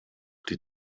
die